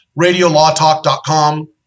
radiolawtalk.com